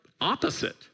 opposite